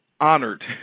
honored